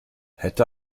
hätte